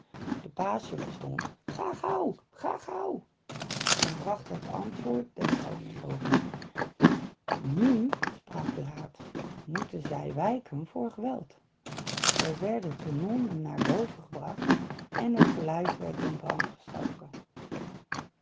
de page verstond ga gauw ga gauw en bracht het antwoord den koning over nu sprak de raad moet zij wijken voor geweld er werden kanonnen naar boven gebracht en het paleis werd in brand geschoten